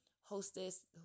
hostess